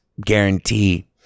guarantee